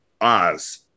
Oz